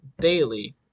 daily